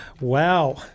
Wow